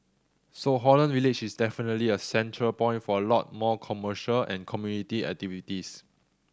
so Holland Village is definitely a central point for a lot more commercial and community activities